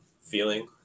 feeling